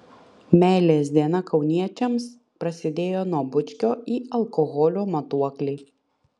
meilės diena kauniečiams prasidėjo nuo bučkio į alkoholio matuoklį